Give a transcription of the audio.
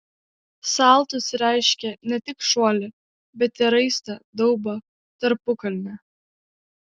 saltus reiškia ne tik šuolį bet ir raistą daubą tarpukalnę